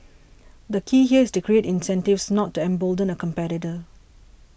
the key here is to create incentives not to embolden a competitor